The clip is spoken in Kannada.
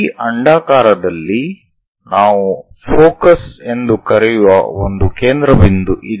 ಈ ಅಂಡಾಕಾರದಲ್ಲಿ ನಾವು ಫೋಕಸ್ ಎಂದು ಕರೆಯುವ ಒಂದು ಕೇಂದ್ರಬಿಂದು ಇದೆ